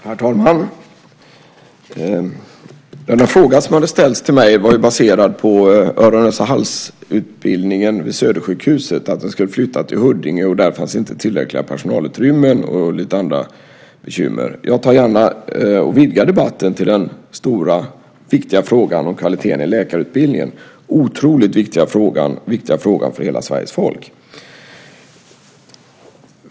Herr talman! Den fråga som ställdes till mig var baserad på att öron-näsa-hals-utbildningen vid Södersjukhuset skulle flytta till Huddinge och att där inte fanns tillräckliga personalutrymmen och lite andra bekymmer. Jag vidgar gärna debatten till den stora viktiga frågan om kvaliteten i läkarutbildningen. Det är en otroligt viktig fråga för hela Sveriges folk.